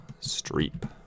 Streep